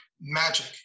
magic